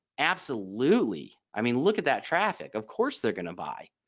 absolutely. i mean look at that traffic of course they're going to buy.